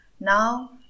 now